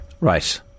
right